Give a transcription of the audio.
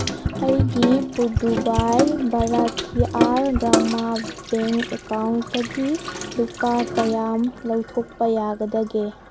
ꯑꯩꯒꯤ ꯄꯨꯗꯨꯕꯥꯏ ꯚꯥꯔꯠꯊꯤꯑꯥꯔ ꯒ꯭ꯔꯥꯃꯥ ꯕꯦꯡꯛ ꯑꯦꯀꯥꯎꯟꯇꯒꯤ ꯂꯨꯄꯥ ꯀꯌꯥꯝ ꯂꯧꯊꯣꯛꯄ ꯌꯥꯒꯗꯒꯦ